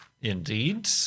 Indeed